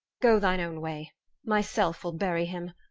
go thine own way myself will bury him.